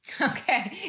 Okay